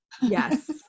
Yes